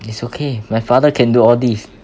it's okay my father can do all these